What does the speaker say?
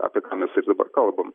apie ką mes ir dabar kalbam